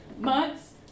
months